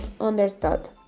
understood